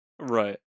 Right